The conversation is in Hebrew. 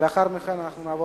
לאחר מכן נעבור